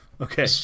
Okay